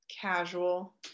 casual